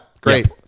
great